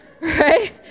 Right